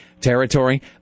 territory